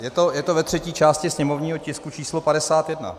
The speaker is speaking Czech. Je to ve třetí části sněmovního tisku číslo 51.